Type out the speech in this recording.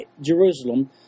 Jerusalem